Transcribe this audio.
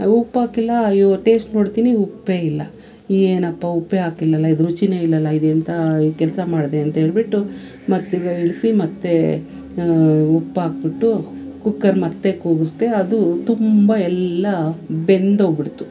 ಉಪ್ಪಾಕಿಲ್ಲ ಅಯ್ಯೋ ಟೇಸ್ಟ್ ನೋಡ್ತಿನಿ ಉಪ್ಪೇ ಇಲ್ಲ ಏನಪ್ಪ ಉಪ್ಪೇ ಹಾಕಿಲ್ಲಲ್ಲ ಇದು ರುಚಿ ಇಲ್ಲಲ್ಲ ಇದೆಂಥಾ ಕೆಲಸ ಮಾಡಿದೆ ಅಂತೇಳಿಬಿಟ್ಟು ಮತ್ತು ತಿರ್ಗಾ ಇಳಿಸಿ ಮತ್ತು ಉಪ್ಪಾಕಿಬಿಟ್ಟು ಕುಕ್ಕರ್ ಮತ್ತು ಕೂಗಿಸ್ದೆ ಅದು ತುಂಬ ಎಲ್ಲ ಬೆಂದೋಗಿಬಿಡ್ತು